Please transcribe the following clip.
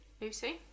Lucy